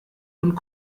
und